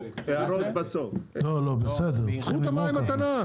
קחו את המים מתנה,